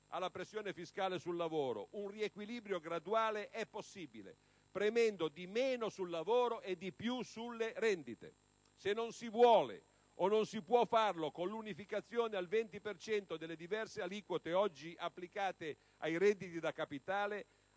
alla pressione fiscale sul lavoro, un riequilibrio graduale è possibile premendo di meno sul lavoro e di più sulle rendite. Se non si può o vuole farlo con l'unificazione al 20 per cento delle diverse aliquote oggi applicate ai redditi da capitale,